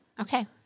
Okay